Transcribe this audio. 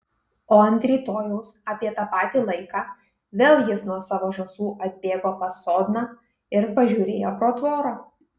o ant rytojaus apie tą patį laiką vėl jis nuo savo žąsų atbėgo pas sodną ir pažiūrėjo pro tvorą